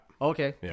Okay